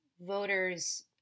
voters